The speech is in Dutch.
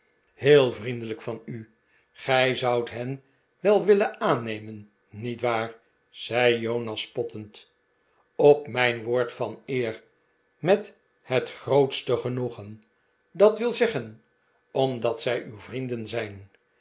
heel vriendelijk van u gij zoudt hen wel willen aannemen niet waar zei jonasspottend op mijn woord van eer met het grootste genoegen dat wil zeggen omdat zij uw vrienden zijn